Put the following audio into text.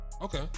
Okay